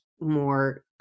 more